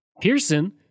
Pearson